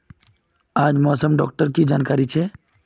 आज मौसम डा की जानकारी छै?